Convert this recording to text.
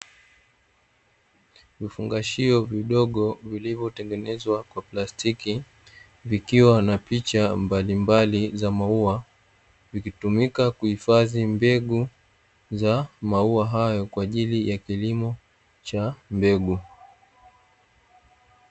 Vifungashio vidogo vilivyotengenezwa kwa plastiki zikiwa na picha mbalimbali za mauwa zikitumika kuhifadhi mbegu za mauwa hayo kwa ajili ya kilimo cha mbegu.